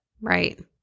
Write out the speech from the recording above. right